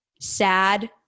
sad